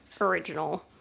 original